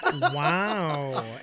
wow